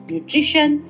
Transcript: Nutrition